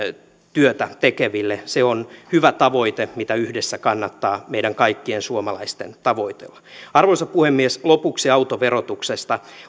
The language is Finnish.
työtä tekeviin se on hyvä tavoite mitä yhdessä kannattaa meidän kaikkien suomalaisten tavoitella arvoisa puhemies lopuksi autoverotuksesta